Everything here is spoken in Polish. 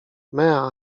mea